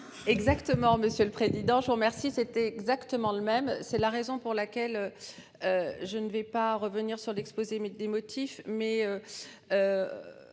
Exactement monsieur le président. Je vous remercie, c'était exactement le même. C'est la raison pour laquelle. Je ne vais pas revenir sur l'exposé des motifs mais.